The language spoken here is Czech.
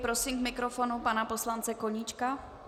Prosím k mikrofonu pana poslance Koníčka.